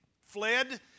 Fled